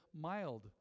mild